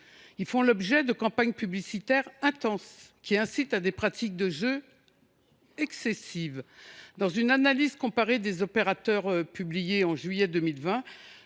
Ils font l’objet de campagnes publicitaires intenses, qui incitent à des pratiques de jeu excessives. Dans une analyse comparée des opérateurs publiée en juillet 2020,